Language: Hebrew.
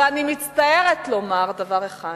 אני מצטערת לומר דבר אחד,